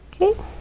Okay